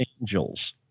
Angels